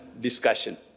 discussion